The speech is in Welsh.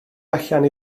allan